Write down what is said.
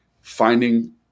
finding